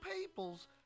peoples